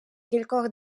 кількох